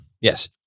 yes